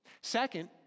Second